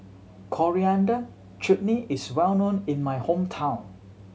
Coriander Chutney is well known in my hometown